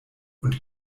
und